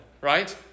right